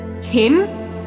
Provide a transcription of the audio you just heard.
Tim